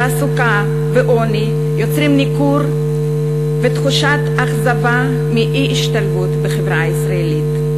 תעסוקה ועוני יוצרים ניכור ותחושת אכזבה מאי-השתלבות בחברה הישראלית.